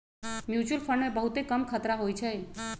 mutual fund मे बहुते कम खतरा होइ छइ